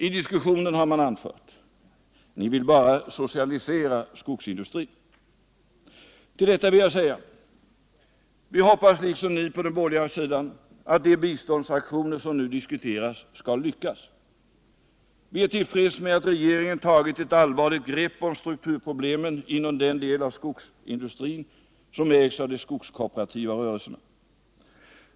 I diskussionen har man anfört: Ni vill bara socialisera skogsindustrin. Till detta vill jag säga: Vi hoppas liksom ni på den borgerliga sidan att de biståndsaktioner som nu diskuteras skall lyckas. Vi är till freds med att regeringen tagit ett allvarligt grepp om strukturproblemen inom den del av skogsindustrin som ägs av de skogskooperativa rörelserna.